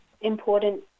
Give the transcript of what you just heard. important